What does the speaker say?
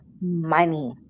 money